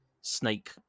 snake